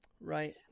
Right